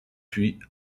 puis